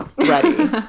ready